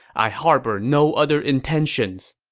i harbor no other intentions.